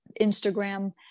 Instagram